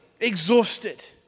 exhausted